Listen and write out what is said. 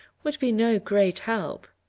would be no great help.